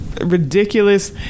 ridiculous